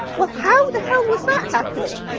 well, how the hell was that happening?